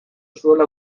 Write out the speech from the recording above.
zuela